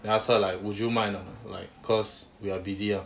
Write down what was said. then I ask her like would you mind or not like cause we are busy lah